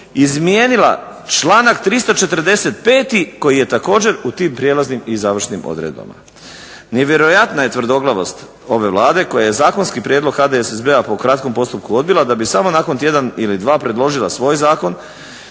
izmijenila članak 345. koji je također u tim Prijelaznim i završnim odredbama. Nevjerojatna je tvrdoglavost ove Vlade koja je zakonski prijedlog HDSB-a po kratkom postupku odbila da bi samo nakon tjedan ili dva predložila svoj zakon